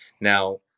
Now